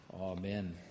amen